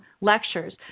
lectures